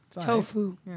Tofu